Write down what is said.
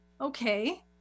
Okay